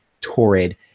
torrid